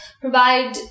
provide